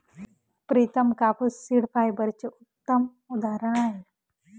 प्रितम कापूस सीड फायबरचे उत्तम उदाहरण आहे